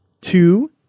two